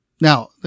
Now